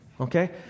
Okay